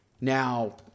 Now